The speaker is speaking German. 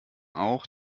auch